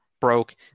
broke